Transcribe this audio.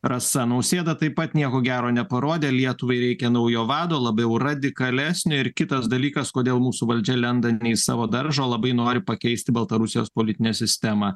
rasa nausėda taip pat nieko gero neparodė lietuvai reikia naujo vado labiau radikalesnio ir kitas dalykas kodėl mūsų valdžia lenda ne į savo daržą labai nori pakeisti baltarusijos politinę sistemą